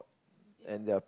and they're